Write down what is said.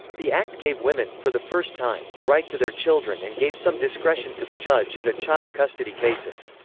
the act gave women, for the first time, a right to their children and gave some discretion to the judge in a child custody cases.